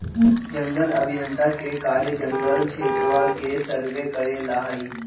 जंगल अभियंता के कार्य जंगल क्षेत्रवा के सर्वे करे ला हई